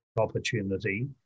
opportunity